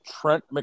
Trent